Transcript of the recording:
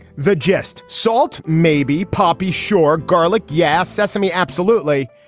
the gist salt maybe poppy sure. garlic. yes sesame absolutely.